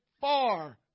far